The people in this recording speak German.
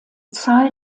zahl